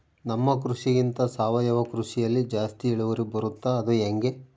ನಮ್ಮ ಕೃಷಿಗಿಂತ ಸಾವಯವ ಕೃಷಿಯಲ್ಲಿ ಜಾಸ್ತಿ ಇಳುವರಿ ಬರುತ್ತಾ ಅದು ಹೆಂಗೆ?